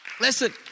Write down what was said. Listen